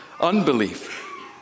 unbelief